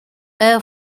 air